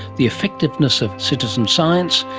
the effectiveness of citizen science,